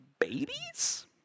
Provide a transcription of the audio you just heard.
babies